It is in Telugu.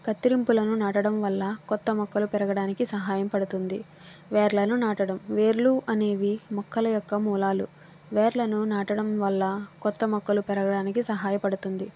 కత్తిరింపులను నాటడం వల్ల కొత్త మొక్కలు పెరగడానికి సహాయం పడుతుంది వేర్లను నాటడం వేర్లు అనేవి మొక్కల యొక్క మూలాలు వేర్లను నాటడం వల్ల కొత్త మొక్కలు పెరగడానికి సహాయపడుతుంది